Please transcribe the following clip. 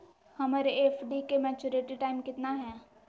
हमर एफ.डी के maturity time कितना है?